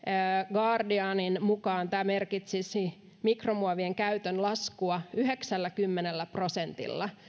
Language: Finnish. guardianin mukaan tämä merkitsisi mikromuovien käytön laskua yhdeksälläkymmenellä prosentilla